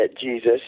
Jesus